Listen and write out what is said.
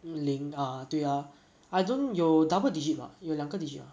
灵对 ah I don't you double digit mah 有两个 you